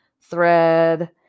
thread